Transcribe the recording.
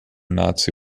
nazi